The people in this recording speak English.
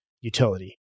utility